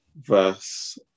verse